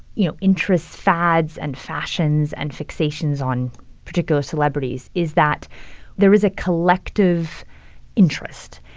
you know, interests, fads, and fashions and fixations on particular celebrities is that there is a collective interest.